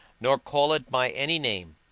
nor call it by any name.